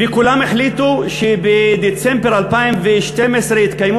וכולם החליטו שבדצמבר 2012 יתקיימו